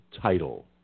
title